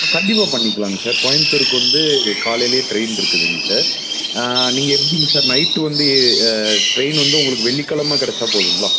ஆ கண்டிப்பாக பண்ணிக்கலாங்க சார் கோயமுத்தூருக்கு வந்து காலையிலயே ட்ரெயின் இருக்குதுங்க சார் நீங்கள் எப்படிங்க சார் நைட்டு வந்து ட்ரெயின் வந்து உங்களுக்கு வெள்ளிக்கிழம கிடச்சா போதுங்களா